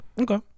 Okay